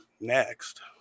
next